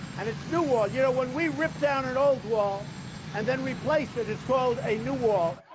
and it's new wall. you know, when we rip down an old wall and then replace it, it's called a new wall.